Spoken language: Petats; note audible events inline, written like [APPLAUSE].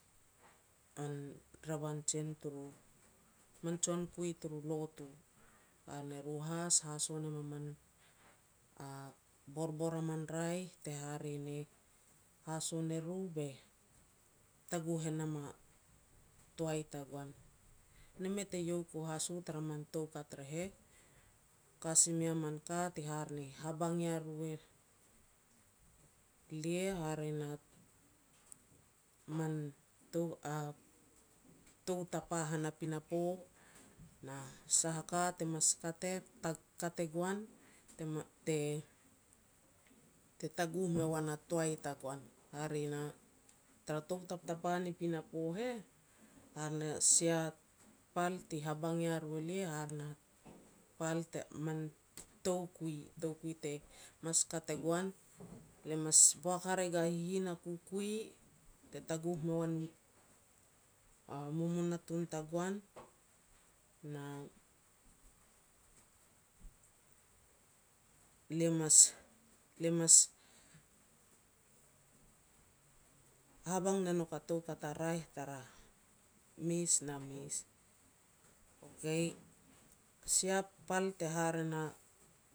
[HESITATION] revan jen turu, min jonkui turu lotu. Hare ne ru haas haso nem a man [HESITATION] borbor a min raeh, te hare ne, haso ne ru be taguh e nam a toai tagoan. Ne mei ta iau ku haas u tara min toukat re heh, ka si mei a min ka te hare ne habang ia ru elia, hare na man tou [HESITATION] tou tapa han a pinapo, na sah a ka te mas kat er, ta kat e goan te ma [UNINTELLIGIBLE] te-te taguh me goan a toai tagoan. Hare na tar tou taptapa ni pinapo heh, hare na sia pal ti habang ia ru elia hare na pal te [UNINTELLIGIBLE] man toukui, toukui te mas kat e goan. Le mas boak hare gua hihin a kukui, te taguh me goan [HESITATION] mumunatun tagoan, na lia mas-lia mas habang ne nouk a toukat a raeh tara mes na mes. Okay, sia pal te hare na